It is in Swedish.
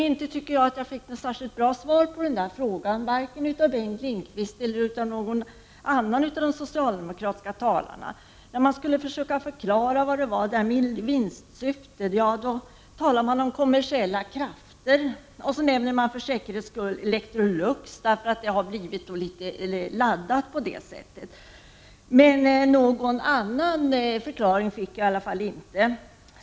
Inte tycker jag att jag fick något särskilt bra svar, varken från Bengt Lindqvist eller från andra socialdemokratiska talare i debatten. När de försökte förklara vinstsyftet började de tala om kommersiella krafter och nämnde för säkerhets skull Electrolux, därför att det blev litet laddat på det sättet. Men någon riktig förklaring fick jag i alla fall inte.